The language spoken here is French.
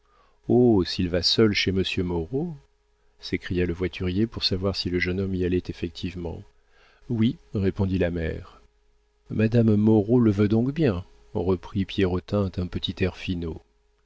s'il va seul chez monsieur moreau s'écria le voiturier pour savoir si le jeune homme y allait effectivement oui répondit la mère madame moreau le veut donc bien reprit pierrotin d'un petit air finaud